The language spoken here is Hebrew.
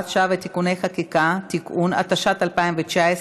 שעה ותיקוני חקיקה) (תיקון) התשע"ט 2019,